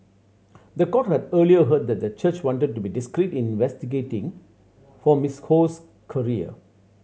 the court had earlier heard that the church wanted to be discreet in investing for Mistress Ho's career